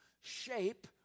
shape